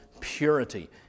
purity